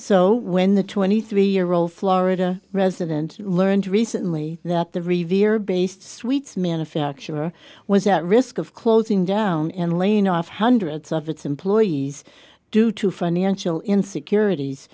so when the twenty three year old florida resident learned recently that the revier based sweets manufacturer was at risk of closing down and laying off hundreds of its employees due to financial insecurities